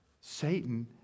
Satan